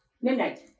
Midnight